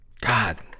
God